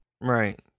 Right